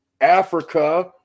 Africa